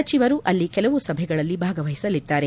ಸಚಿವರು ಅಲ್ಲಿ ಕೆಲವು ಸಭೆಗಳಲ್ಲಿ ಭಾಗವಹಿಸಲಿದ್ದಾರೆ